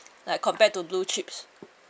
like compared to blue chips